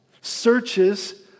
searches